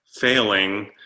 failing